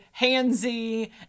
handsy